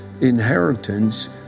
inheritance